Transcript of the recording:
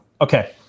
Okay